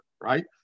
right